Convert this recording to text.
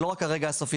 זה לא רק הרגע הסופי,